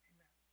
Amen